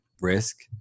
risk